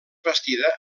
bastida